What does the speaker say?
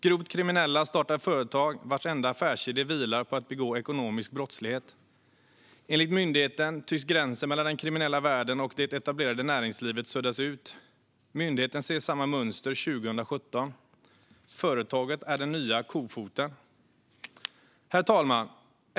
Grovt kriminella startar företag vars enda affärsidé vilar på att begå ekonomisk brottslighet. Enligt Ekobrottsmyndigheten tycks gränsen mellan den kriminella världen och det etablerade näringslivet suddas ut. Myndigheten ser samma mönster 2017. Företaget är den nya kofoten. Herr talman!